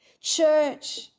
Church